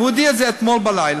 והוא הודיע את זה אתמול בלילה,